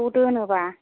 ज' दोनोबा